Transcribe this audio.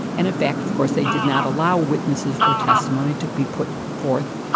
and in fact, of course, they did not allow witnesses or testimony to be put forth.